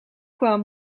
kwam